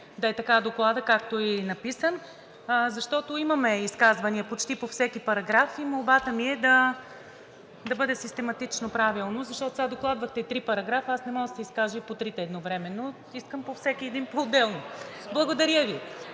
да е така Докладът, както е написан. Защото имаме изказвания почти по всеки параграф и молбата ми е да бъде систематично правилно, защото сега докладвахте три параграфа, аз не мога да се изкажа и по трите едновременно. Искам по всеки един поотделно. Благодаря Ви.